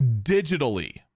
digitally